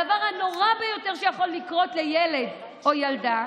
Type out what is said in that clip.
הדבר הנורא ביותר שיכול לקרות לילד או ילדה,